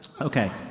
Okay